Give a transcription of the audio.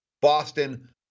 Boston